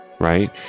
right